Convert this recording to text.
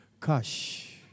Cash